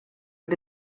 but